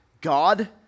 God